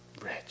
rich